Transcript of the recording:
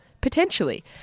Potentially